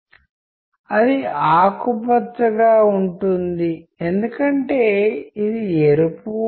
ఆ రకంగా చూస్తేఉన్న ప్రతి వస్తువు ఆ మాటకొస్తే ఆ వస్తువు లేకపోవడం కూడా ఒక నిర్దిష్ట సందర్భంలో కమ్యూనికేట్ చేసే సామర్థ్యాన్ని కలిగి ఉంటుంది